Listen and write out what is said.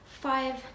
five